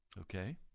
Okay